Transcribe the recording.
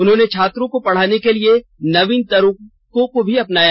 उन्होंने छात्रों को पढ़ाने के लिए नवीन तरीकों को अपनाया